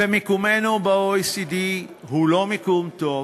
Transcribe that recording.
ומקומנו ב-OECD הוא לא מקום טוב,